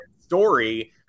story